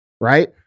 Right